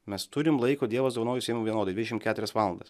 mes turim laiko dievas dovanojo visiem vienodai dvidešim keturias valandas